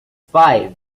five